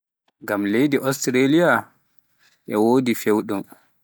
ngam leydi Australiya e wodi fewɗum.